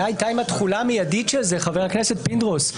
הייתה עם התחולה המידית של זה, חבר הכנסת פינדרוס.